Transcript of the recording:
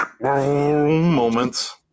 moments